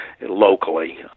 locally